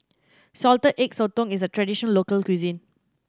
Salted Egg Sotong is a traditional local cuisine